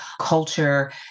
culture